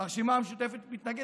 שהרשימה המשותפת מתנגדת.